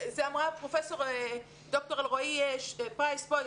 זה אמרה ד"ר אלרעי פרייס פה,